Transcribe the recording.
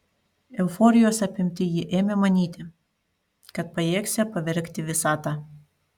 euforijos apimti jie ėmė manyti kad pajėgsią pavergti visatą